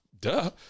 Duh